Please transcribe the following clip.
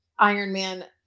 Ironman